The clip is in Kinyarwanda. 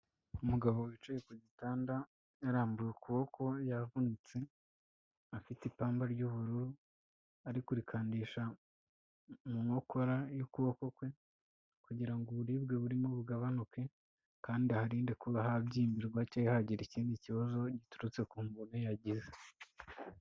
Umugabo wicaye ku gitanda, yarambuye ukuboko yavunitse, afite ipamba ry'ubururu, arikurikandisha mu nkokora y'ukuboko kwe kugira ngo uburibwe burimo bugabanuke, kandi aharinde kuba habyimbirwa cyangwa hagira ikindi kibazo giturutse ku mvune yagize.